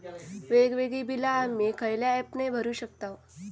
वेगवेगळी बिला आम्ही खयल्या ऍपने भरू शकताव?